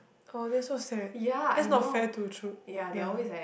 oh that's so sad that's not fair to true ya